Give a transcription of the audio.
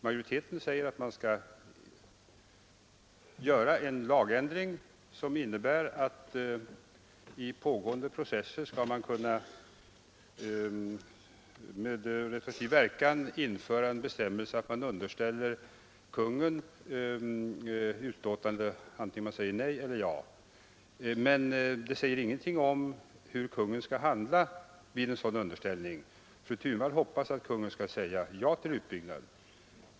Majoriteten säger att man skall göra en lagändring som innebär att i pågående processer skall man kunna med retroaktiv verkan införa en bestämmelse att ärendet underställs Kungl. Maj:ts utlåtande vare sig man säger nej eller ja. Men det sägs ingenting om hur Kungl. Maj:t skall handla vid ett sådant underställande. Fru Thunvall hoppas att Kungl. Maj:t skall säga ja till utbyggnaden.